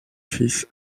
fils